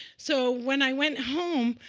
so when i went home,